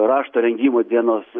rašto rengimų dienos